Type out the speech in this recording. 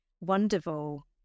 Wonderful